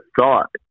thought